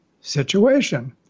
situation